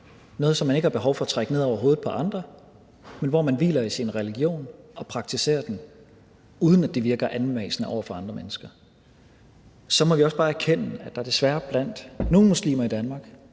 noget, som man ikke har behov for at trække ned over hovedet på andre, men hvor man hviler i sin religion og praktiserer den, uden at det virker anmassende over for andre mennesker. Så må vi også bare erkende, at der desværre blandt nogle muslimer i Danmark